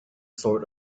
sort